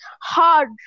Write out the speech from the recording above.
Hard